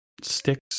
sticks